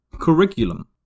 Curriculum